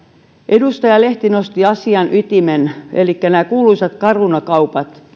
edustaja lehti nosti esiin asian ytimen elikkä nämä kuuluisat caruna kaupat